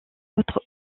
autres